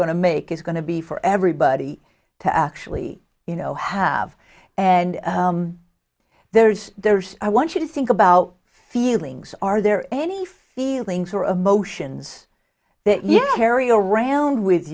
to make is going to be for everybody to actually you know have and there's there's i want you to think about feelings are there any feelings or emotions that yeah harry around with